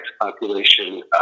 population